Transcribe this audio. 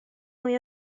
mwy